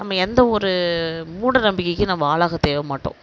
நம்ம எந்த ஒரு மூட நம்பிக்கைக்கு நம்ப ஆளாக தேவமாட்டோம்